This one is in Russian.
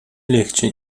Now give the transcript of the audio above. легче